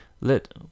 let